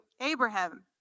Abraham